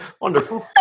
wonderful